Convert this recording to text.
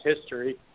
history